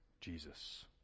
Jesus